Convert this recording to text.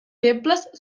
febles